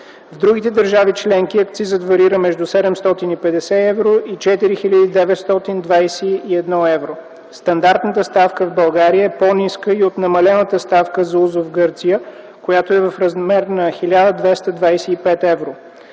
В другите държави членки акцизът варира между 750 евро и 4921 евро. Стандартната ставка в България е по-ниска и от намалената ставка за узо в Гърция, която е в размер на 1225 евро.